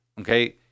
Okay